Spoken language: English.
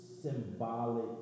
Symbolic